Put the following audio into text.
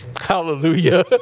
Hallelujah